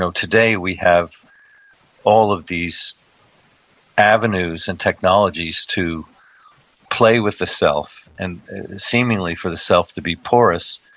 so today we have all of these avenues and technologies to play with the self, and seemingly for the self to be porous,